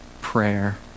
prayer